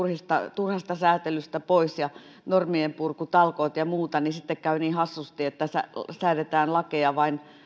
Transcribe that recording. turhasta säätelystä pois ja normienpurkutalkoot ja muuta niin sitten käy niin hassusti että säädetään lakeja vain